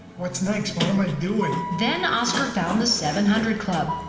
what's next? what am i doing? then oscar found the seven hundred club.